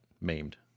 maimed